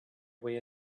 way